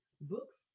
books